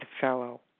fellow